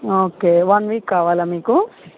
okay one week కావాలా మీకు